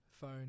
phone